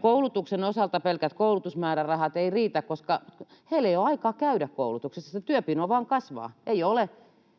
koulutuksen osalta pelkät koulutusmäärärahat eivät riitä, koska heillä ei ole aikaa käydä koulutuksissa, se työpino vain kasvaa.